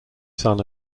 son